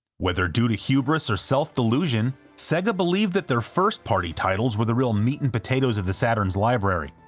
whether due to hubris or self-delusion, sega believed that their first-party titles were the real meat and potatoes of the saturn's library,